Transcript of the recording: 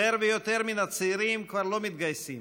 יותר ויותר מן הצעירים כבר לא מתגייסים,